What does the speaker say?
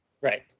Right